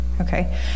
Okay